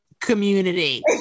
community